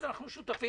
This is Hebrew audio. אז אנחנו שותפים.